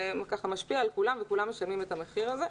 זה משפיע על כולם וכולם משלמים את המחיר הזה.